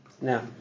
Now